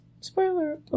Spoiler